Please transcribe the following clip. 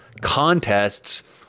contests